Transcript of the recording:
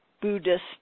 Buddhist